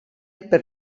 per